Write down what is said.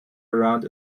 around